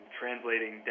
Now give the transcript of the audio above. translating